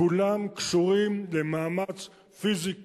כולם קשורים למאמץ פיזי קשה,